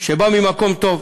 שבא ממקום טוב,